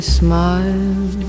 smile